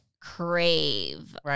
crave